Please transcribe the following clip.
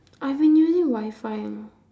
I've been using wifi you know